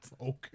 Okay